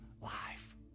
life